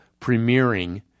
premiering